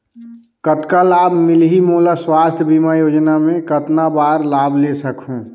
कतना लाभ मिलही मोला? स्वास्थ बीमा योजना मे कतना बार लाभ ले सकहूँ?